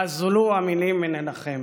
ואזלו המילים מלנחם.